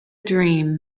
dream